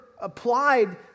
applied